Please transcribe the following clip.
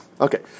Okay